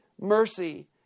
mercy